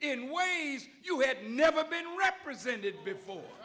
in ways you had never been represented before